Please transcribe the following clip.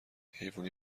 حیوونی